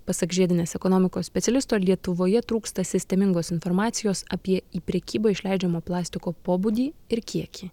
pasak žiedinės ekonomikos specialisto lietuvoje trūksta sistemingos informacijos apie į prekybą išleidžiamo plastiko pobūdį ir kiekį